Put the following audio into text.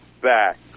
back